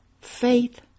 faith